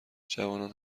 جوانان